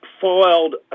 filed